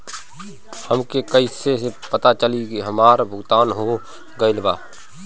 हमके कईसे पता चली हमार भुगतान हो गईल बा?